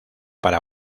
para